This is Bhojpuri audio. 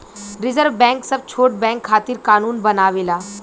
रिज़र्व बैंक सब छोट बैंक खातिर कानून बनावेला